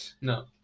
no